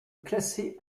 classer